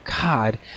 God